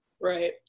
Right